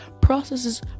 processes